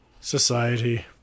Society